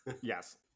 Yes